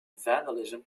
vandalism